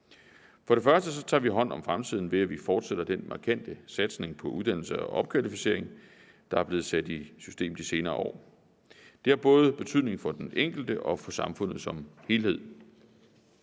For det første tager vi hånd om fremtiden, ved at vi fortsætter den markante satsning på uddannelse og opkvalificering, der er blevet sat i system de senere år. Det har både betydning for den enkelte og for samfundet som helhed.